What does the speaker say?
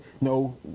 No